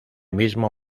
mismo